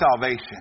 salvation